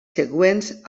següents